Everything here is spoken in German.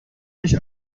mich